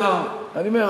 אני אומר,